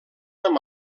amb